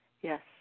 Yes